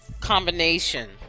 combination